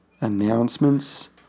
announcements